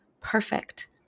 perfect